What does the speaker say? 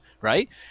right